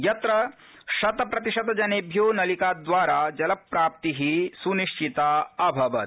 यत् शतप्रतिशतजनेभ्यो नलिकाद्वारा जलप्राप्ति सु्निश्चिता अभवत्